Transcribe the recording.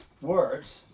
words